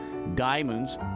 diamonds